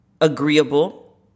agreeable